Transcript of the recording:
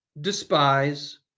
despise